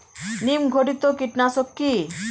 নিম ঘটিত কীটনাশক কি?